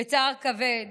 בצער כבד